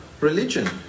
religion